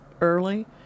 early